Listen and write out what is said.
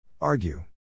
Argue